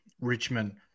Richmond